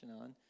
on